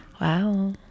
Wow